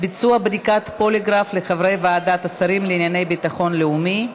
ביצוע בדיקת פוליגרף לחברי ועדת השרים לענייני ביטחון לאומי),